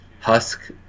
Husk